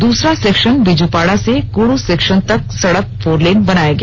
दूसरा सेक्शन बीजुपाड़ा से कुडू सेक्शन तक सड़क फोरलेन बनाया गया